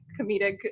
comedic